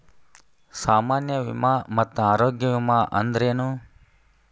ಸಾಮಾನ್ಯ ವಿಮಾ ಮತ್ತ ಆರೋಗ್ಯ ವಿಮಾ ಅಂದ್ರೇನು?